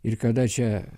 ir kada čia